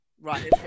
right